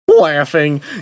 laughing